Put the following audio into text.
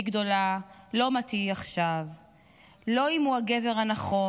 גדולה / לא מה תהיי עכשיו / לא אם הוא הגבר הנכון,